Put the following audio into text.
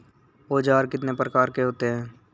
औज़ार कितने प्रकार के होते हैं?